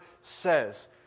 says